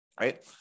right